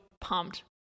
pumped